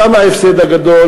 שם ההפסד הגדול